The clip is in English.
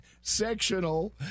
sectional